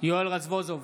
יואל רזבוזוב,